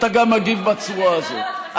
אתה גם מגיב בצורה הזאת.